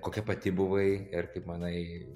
kokia pati buvai ir kaip manai